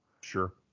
sure